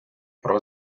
про